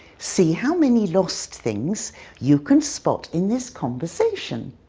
see how many lost things you can spot in this conversation.